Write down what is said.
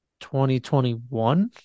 2021